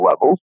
levels